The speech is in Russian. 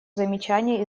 замечания